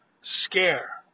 scare